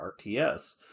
RTS